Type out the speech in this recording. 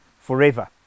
forever